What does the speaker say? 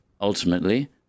ultimately